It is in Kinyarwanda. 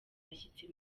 abashyitsi